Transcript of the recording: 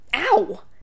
Ow